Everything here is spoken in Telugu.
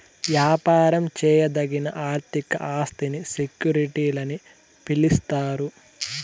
యాపారం చేయదగిన ఆర్థిక ఆస్తిని సెక్యూరిటీలని పిలిస్తారు